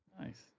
Nice